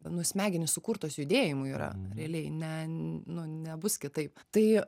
nu smegenys sukurtos judėjimui yra realiai ne nu nebus kitaip tai